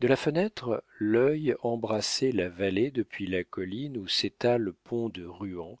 de la fenêtre l'œil embrassait la vallée depuis la colline où s'étale pont de ruan